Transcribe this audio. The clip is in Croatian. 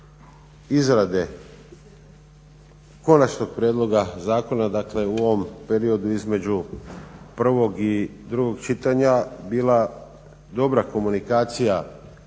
izrade konačnog prijedloga zakona dakle u ovom periodu između prvog i drugog čitanja bila dobra komunikacija